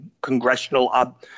congressional